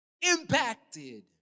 impacted